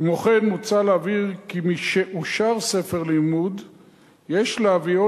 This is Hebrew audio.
כמו כן מוצע להבהיר כי משאושר ספר לימוד יש להביאו